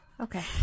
Okay